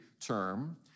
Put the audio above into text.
term